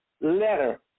letter